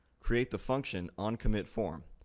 create the function oncommitform.